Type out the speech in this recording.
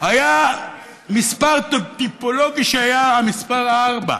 היה מספר טיפולוגי שהיה המספר ארבע,